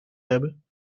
hebben